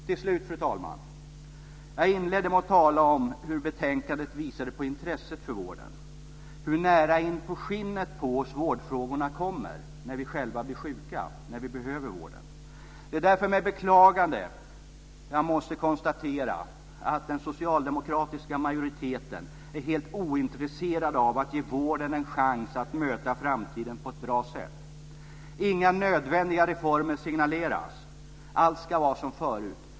Till slut, fru talman! Jag inledde med att tala om hur betänkandet visade på intresset för vården, hur nära inpå skinnet på oss vårdfrågorna kommer när vi själva blir sjuka och behöver vården. Det är därför med beklagande jag måste konstatera att den socialdemokratiska majoriteten är helt ointresserad av att ge vården en chans att möta framtiden på ett bra sätt. Inga nödvändiga reformer signaleras. Allt ska vara som förut.